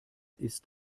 ist